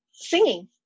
singing